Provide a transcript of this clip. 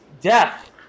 death